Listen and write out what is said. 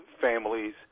families